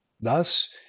Thus